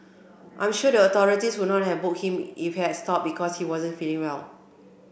I'm sure the authorities would not have booked him if he had stopped because he wasn't feeling well